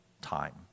time